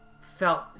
felt